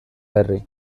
berri